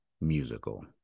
musical